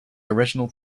original